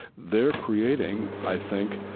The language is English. they're creating, i think,